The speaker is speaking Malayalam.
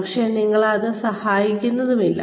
പക്ഷേ അത് നിങ്ങളെ സഹായിക്കുന്നുമില്ല